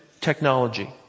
technology